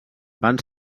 van